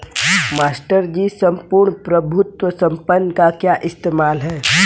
Master ji सम्पूर्ण प्रभुत्व संपन्न का क्या इस्तेमाल है?